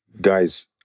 guys